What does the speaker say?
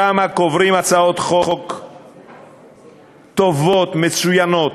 שם קוברים הצעות חוק טובות, מצוינות.